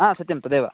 आ सत्यं तदेव